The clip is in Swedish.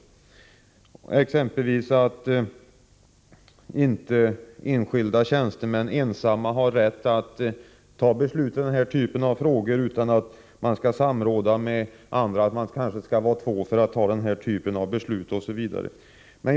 Det kan exempelvis gälla det förhållandet att en enskild tjänsteman inte ensam skall ha rätt att fatta beslut i den här typen av frågor, utan att tjänstemannen skall samråda med andra tjänstemän. Kanske skall det vara två tjänstemän som fattar beslut av den här typen.